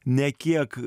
nė kiek